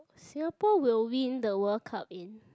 Singapore will win the World Cup in